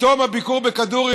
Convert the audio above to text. בתום הביקור בכדורי,